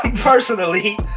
personally